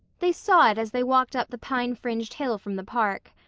they saw as they walked up the pine-fringed hill from the park.